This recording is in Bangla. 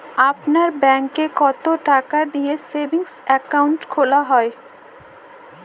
আপনার ব্যাংকে কতো টাকা দিয়ে সেভিংস অ্যাকাউন্ট খোলা হয়?